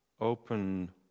Open